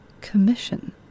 commission